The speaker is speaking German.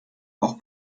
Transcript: auch